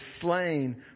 slain